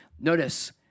Notice